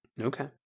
Okay